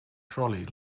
trolley